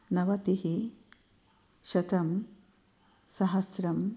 नवतिः शतं सहस्रम्